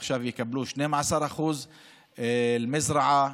עכשיו יקבלו 12%; מזרעה,